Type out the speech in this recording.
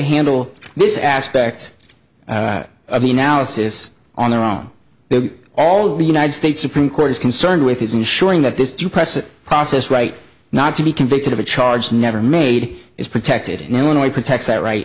handle this aspects of the analysis on their own all the united states supreme court is concerned with is ensuring that this depressing process right not to be convicted of a charge never made is protected in illinois protects that right